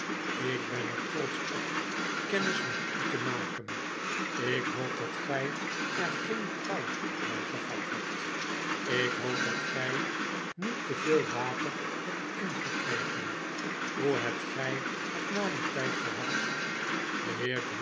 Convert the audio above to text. ik ben er trotsch op kennis met u te maken ik hoop dat gg er geen kou bij gevat hebt ik hoop dat gg niet te veel water hebt ingekregen hoe hebt gg het na dien tgd gehad